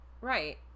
Right